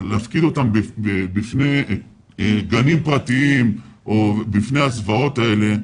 להפקיד אותו בגנים פרטיים ולחשוף אותו לזוועות האלה,